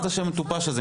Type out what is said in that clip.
מה זה השם המטופש הזה?